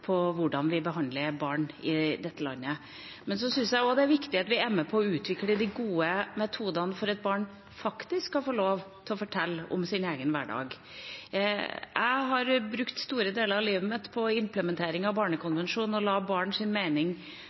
på hva de vil av kartlegginger og registreringer. Vi har et klart lovverk når det gjelder både personvern og hvordan vi behandler barn i dette landet. Men det er også viktig at vi er med på å utvikle gode metoder for at barn skal få lov til å fortelle om sin egen hverdag. Jeg har brukt store deler av livet mitt på å implementere Barnekonvensjonen og